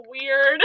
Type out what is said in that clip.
weird